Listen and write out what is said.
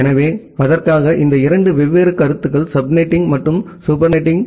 எனவே அதற்காக இந்த இரண்டு வெவ்வேறு கருத்துகள் சப் நெட்டிங் மற்றும் சூப்பர் நெட்டிங்